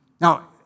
Now